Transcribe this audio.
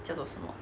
叫做什么